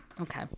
Okay